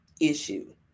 issue